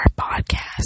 podcast